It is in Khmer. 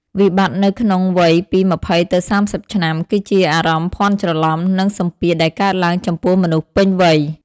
វិបត្តិនៅក្នុងវ័យពី ២០ ទៅ ៣០ ឆ្នាំ គឺជាអារម្មណ៍ភាន់ច្រឡំ និងសម្ពាធដែលកើតឡើងចំពោះមនុស្សពេញវ័យ។